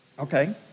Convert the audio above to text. Okay